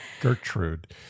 Gertrude